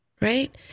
right